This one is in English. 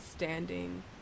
standing